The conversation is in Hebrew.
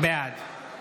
בעד